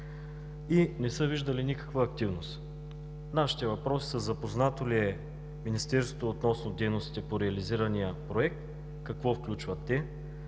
и не са виждали никаква активност. Нашите въпроси са: запознато ли е Министерството относно дейностите по реализирания проект, какво включват те?